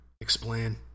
explain